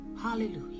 Hallelujah